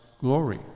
glory